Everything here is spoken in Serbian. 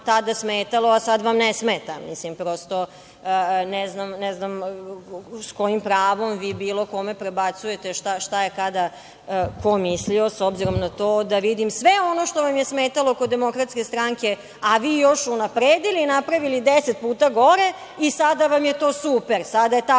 tada smetalo, a sada vam ne smeta. Prosto, ne znam s kojim pravom vi bilo kome prebacujete šta je kada ko mislio, s obzirom na to da vidim sve ono što vam je smetalo kod Demokratske stranke, a vi još unapredili, napravili 10 puta gore i sada vam je to super, sada je ta